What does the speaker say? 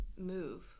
move